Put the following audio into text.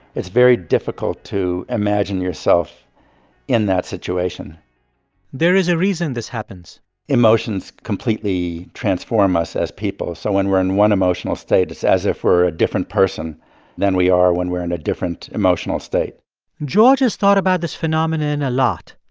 it's very difficult to imagine yourself in that situation there is a reason this happens emotions completely transform us as people. so when we're in one emotional status, it's as if we're a different person than we are when we're in a different emotional state george has thought about this phenomenon a lot.